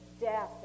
death